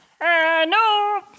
No